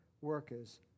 workers